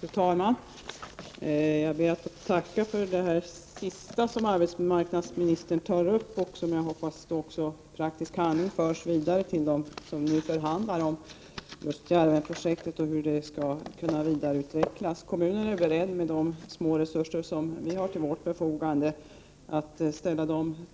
Fru talman! Jag ber att få tacka för det sista som arbetsmarknadsministern tog upp, och jag hoppas att det också förs vidare i praktisk handling till dem som nu förhandlar om Djärvenprojektet och dess vidare utveckling. Vi i kommunen är beredda att ställa våra små resurser